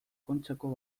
kontxako